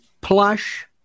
plush